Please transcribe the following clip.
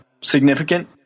significant